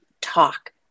talk